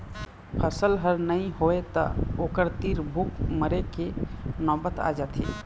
फसल ह नइ होवय त ओखर तीर भूख मरे के नउबत आ जाथे